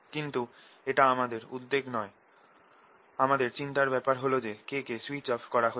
কিন্তু এটা আমাদের উদ্বেগ নয় আমাদের চিন্তার ব্যাপার হল যে K কে সুইচ অফ করা হচ্ছে